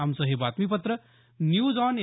आमचं हे बातमीपत्र न्यूज ऑन ए